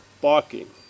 barking